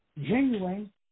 genuine